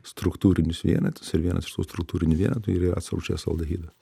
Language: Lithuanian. struktūrinius vienetus ir vienas iš tų struktūrinių vienetų ir yra acto rūgšties aldehidas